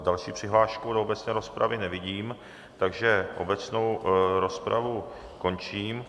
Další přihlášku do obecné rozpravy nevidím, takže obecnou rozpravu končím.